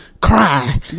cry